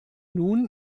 nun